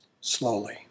slowly